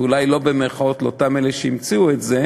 ואולי לא במירכאות לאותם אלה שהמציאו את זה.